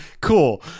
cool